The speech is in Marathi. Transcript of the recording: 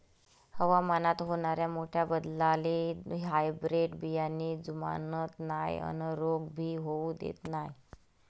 हवामानात होनाऱ्या मोठ्या बदलाले हायब्रीड बियाने जुमानत नाय अन रोग भी होऊ देत नाय